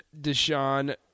Deshaun